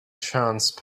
chance